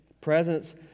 Presence